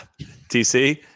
TC